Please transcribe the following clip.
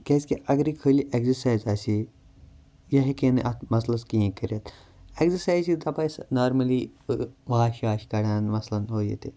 کیازکہِ اگر یہٕ خٲلی ایٚکزَرسایِز آسہِ ہا یہِ ہیٚکہِ ہا نہٕ اَتھ مَثلَس کِہیٖنۍ کٔرِتھ ایٚکزَرسایِز چھِ دَپان أسۍ نارمٔلی واش واش کَڑان مَثلن ہُہ یہِ تہِ